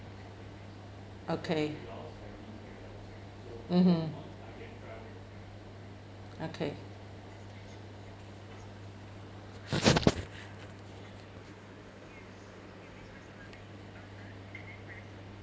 okay mmhmm okay